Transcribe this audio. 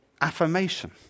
affirmation